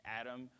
Adam